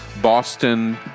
Boston